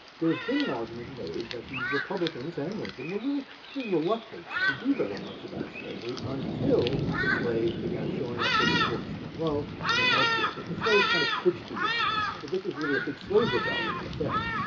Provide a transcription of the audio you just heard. there's been an argument made that the republicans and lincoln were really pretty reluctant to do very much about slavery until the slaves began showing up, first in fort monroe and then elsewhere. that the slaves kind of pushed the issue. that this was really a big slave rebellion, in effect.